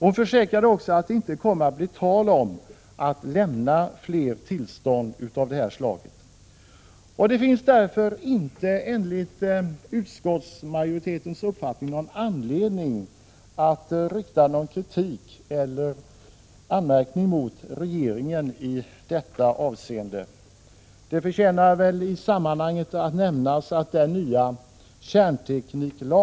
Hon försäkrade också att det inte skulle bli tal om att lämna fler tillstånd av detta slag. Enligt utskottsmajoritetens uppfattning finns det därför ingen anledning att rikta kritik eller anmärkning mot regeringen i detta avseende. Det förtjänar att i sammanhanget nämnas att den nya kärntekniklag som Prot.